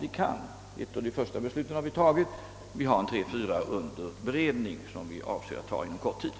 Vi har redan fattat det första beslutet, och vi har tre, fyra ärenden under beredning och avser att fatta beslut inom kort.